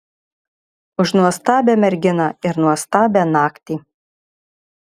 už nuostabią merginą ir nuostabią naktį